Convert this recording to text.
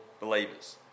believers